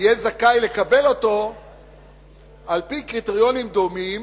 יהיה זכאי לקבל אותו על-פי קריטריונים דומים,